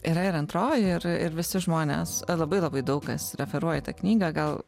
yra ir antroji ir ir visi žmonės labai labai daug kas referuoja į tą knygą gal